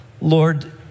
Lord